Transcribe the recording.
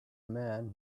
man